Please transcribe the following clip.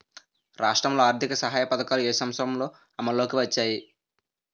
రాష్ట్రంలో ఆర్థిక సహాయ పథకాలు ఏ సంవత్సరంలో అమల్లోకి వచ్చాయి?